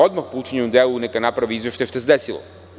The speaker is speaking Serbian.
Odmah po učinjenom delu neka napravi izveštaj o tome šta se desilo.